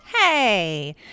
Hey